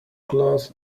cloth